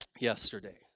yesterday